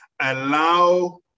Allow